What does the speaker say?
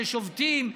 ששובתים,